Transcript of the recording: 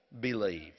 believe